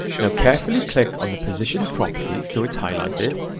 now carefully click on the position property so it's highlighted,